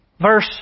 Verse